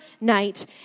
night